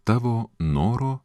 tavo noro